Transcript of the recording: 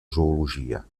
zoologia